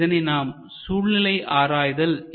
இதனை நாம் சூழ்நிலை ஆராய்தல் situation analysis